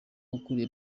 ukuriye